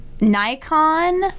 Nikon